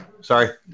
Sorry